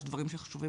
יש דברים שחשובים לנו.